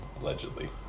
Allegedly